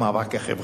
במאבק החברתי.